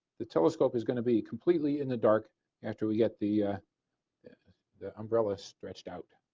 the telescope is going to be completely in the dark after we get the ah the umbrella stretched out.